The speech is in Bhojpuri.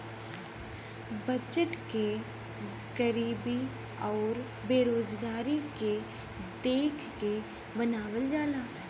बजट के गरीबी आउर बेरोजगारी के देख के बनावल जाला